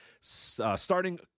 starting